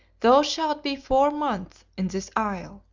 thou shalt be four months in this isle.